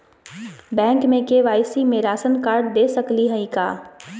Bank में KYC में ration card दे सकली हई का?